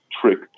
trick